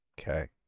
Okay